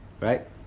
Right